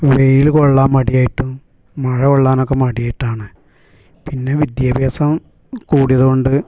വെയിലു കൊള്ളാൻ മടി ആയിട്ടും മഴ കൊള്ളാനൊക്കെ മടി ആയിട്ടാണ് പിന്നെ വിദ്യാഭ്യാസം കൂടിയതു കൊണ്ട്